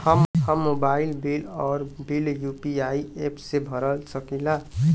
हम mobile bill और bill UPI app से भर सकिला